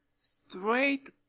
straight